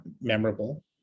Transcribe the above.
memorable